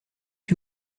que